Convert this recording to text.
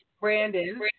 brandon